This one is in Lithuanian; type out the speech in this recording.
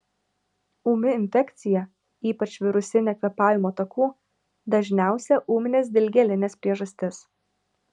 ūmi infekcija ypač virusinė kvėpavimo takų dažniausia ūminės dilgėlinės priežastis